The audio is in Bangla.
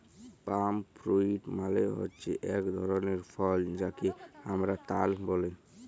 পাম ফ্রুইট মালে হচ্যে এক ধরলের ফল যাকে হামরা তাল ব্যলে